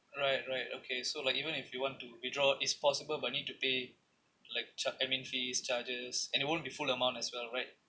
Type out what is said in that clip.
right right okay so like even if you want to withdraw is possible but need to pay like char~ admin fees charges and it won't be full amount as well right